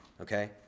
Okay